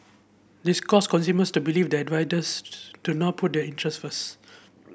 this caused consumers to believe that riders do not put their interests first